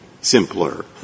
simpler